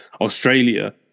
Australia